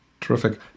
Terrific